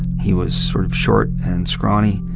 he was sort of short and scrawny,